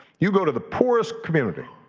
you go to the poorest community,